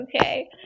okay